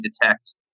detect